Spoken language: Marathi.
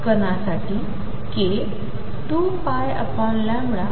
कण साठी k 2π